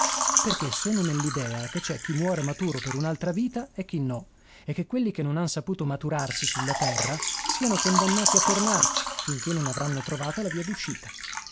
perché sono nell'idea che c'è chi muore maturo per un'altra vita e chi no e che quelli che non han saputo maturarsi su la terra siano condannati a tornarci finché non avranno trovata la via